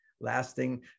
lasting